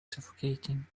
suffocating